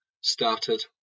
started